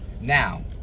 Now